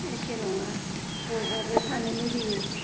एखे नङा बयहाबो थानो लुगैयो